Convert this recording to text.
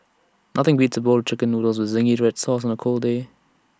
nothing beats A bowl of Chicken Noodles with Zingy Red Sauce on A cold day